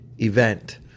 event